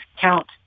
count